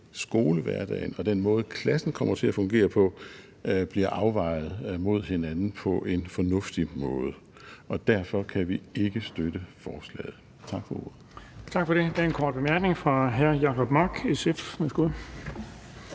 skolehverdagen og den måde, klassen kommer til at fungere på, bliver afvejet mod hinanden på en fornuftig måde. Derfor kan vi ikke støtte forslaget. Tak for ordet.